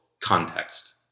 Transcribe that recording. context